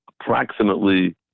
approximately